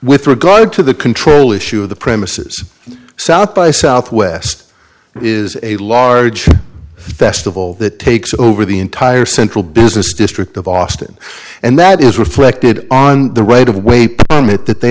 with regard to the control issue of the premises south by southwest is a large festival that takes over the entire central business district of austin and that is reflected on the right of way permit that they